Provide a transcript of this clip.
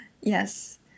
yes